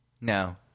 No